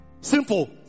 Simple